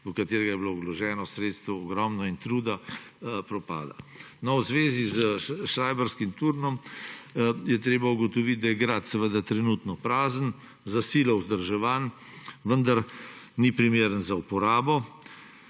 v katerega je bilo vloženo ogromno sredstev in truda, propada. V zvezi s Šrajbarskim turnom je treba ugotoviti, da je grad trenutno prazen, za silo vzdrževan, vendar ni primeren za uporabo.